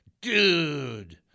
dude